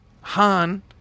Han